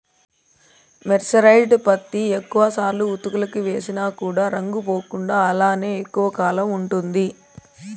mercerised పత్తి ఎక్కువ సార్లు ఉతుకులకి వేసిన కూడా రంగు పోకుండా అలానే ఎక్కువ కాలం ఉంటుంది